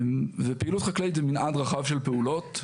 פעילות חקלאית זה מנעד רחב של פעולות.